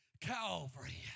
Calvary